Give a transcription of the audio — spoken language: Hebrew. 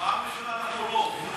פעם ראשונה אנחנו רוב.